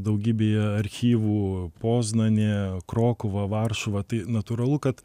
daugybėje archyvų poznanė krokuva varšuva tai natūralu kad